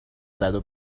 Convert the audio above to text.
زدو